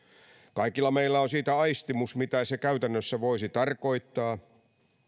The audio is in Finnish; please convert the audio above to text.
kaikilla meillä on siitä aistimus mitä se käytännössä voisi tarkoittaa